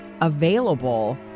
available